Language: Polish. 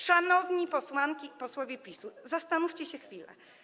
Szanowni posłanki i posłowie PiS-u, zastanówcie się chwilę.